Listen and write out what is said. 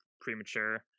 premature